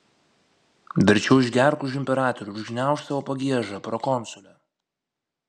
verčiau išgerk už imperatorių ir užgniaužk savo pagiežą prokonsule